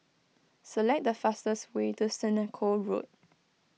select the fastest way to Senoko Road